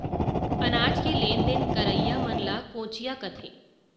अनाज के लेन देन करइया मन ल कोंचिया कथें